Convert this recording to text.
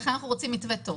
לכן אנחנו רוצים מתווה טוב.